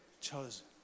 chosen